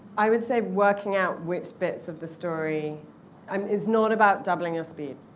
i would say working out which bits of the story um it's not about doubling your speed.